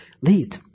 lead